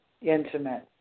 intimate